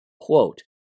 Quote